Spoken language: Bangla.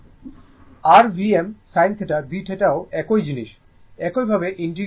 r Vm sinθdθ ও একই জিনিস একইভাবে ইন্টিগ্রেট করুন